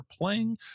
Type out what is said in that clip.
playing